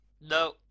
No